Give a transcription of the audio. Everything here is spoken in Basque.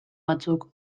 batzuk